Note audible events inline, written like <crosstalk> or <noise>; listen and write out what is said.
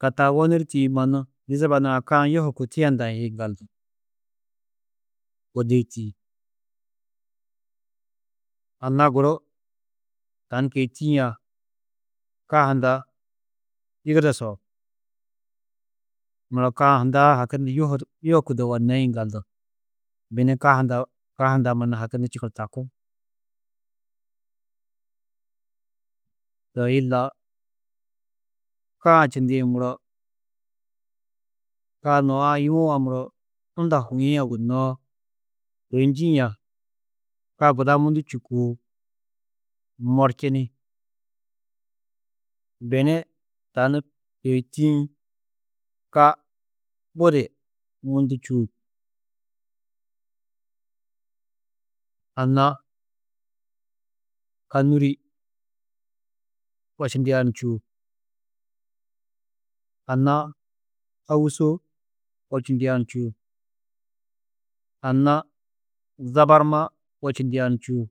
Ka taa wenirî tîyiĩ mannu, diziba nurã ka-ã yuhuku tiyendã yiŋgaldu <unintelligible> tîyi. Anna guru, tani kôi tîyiĩa ka hundã yigideso. Muro ka hunda, ka-ã hundã haki ni yuhud yohukudo yugonnó yiŋgaldu, beni ka hunda, ka hundã mannu haki ni čigirtakú. Toi yillaa ka-ã čindĩ muro, ka nuã yuũa muro, unda huîe gunnoó, kôi njîĩa, ka guda mundu čûkoo morčini. Beni tani kôi tîyiĩ ka budi mundu čûo. Anna Kanûri wečindia ni čûo, anna Haûso wečindia ni čûo, anna Zabarma wečindia ni čûo.